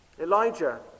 Elijah